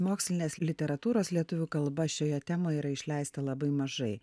mokslinės literatūros lietuvių kalba šioje temoj yra išleista labai mažai